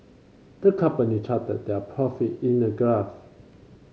the company charted their profit in a graph